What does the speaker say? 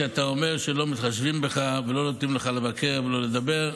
אתה אומר שלא מתחשבים בך ולא נותנים לך לבקר ולא לדבר.